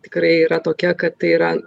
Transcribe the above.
tikrai yra tokia kad tai yra